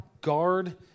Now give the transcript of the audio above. Guard